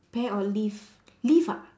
pear or leaf leaf ah